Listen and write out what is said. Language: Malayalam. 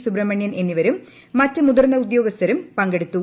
സുബ്രഹ്മണ്യൻ എന്നിവരും മറ്റ് മുതിർന്ന ഉദ്യോഗസ്ഥരും പങ്കെടുത്തു